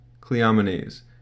Cleomenes